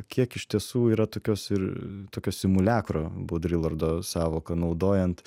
kiek iš tiesų yra tokios ir tokio simuliakro baudrilardo sąvoką naudojant